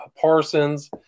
Parsons